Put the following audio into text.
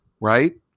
Right